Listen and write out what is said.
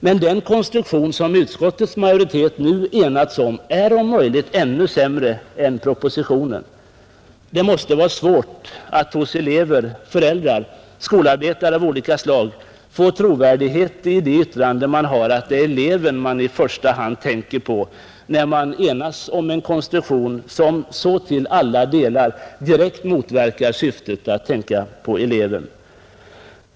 Men den konstruktion som utskottets majoritet nu enats om är om möjligt ännu sämre än propositionen. Det måste vara svårt att hos elever, föräldrar och skolarbetare av olika slag skapa trovärdighet när det gäller yttrandena att det är eleven man i första hand tänker på, när man enas om en konstruktion som så till alla delar direkt motverkar syftet att hjälpa den enskilde eleven.